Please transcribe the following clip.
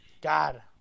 God